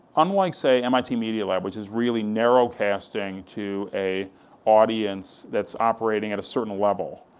unlike say, mit media lab, which is really narrow casting to a audience that's operating at a certain level.